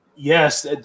Yes